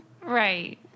Right